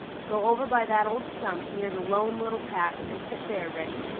go over by that old stump near the lone little path and sit there, reddy.